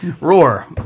Roar